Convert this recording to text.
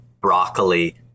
broccoli